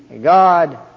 God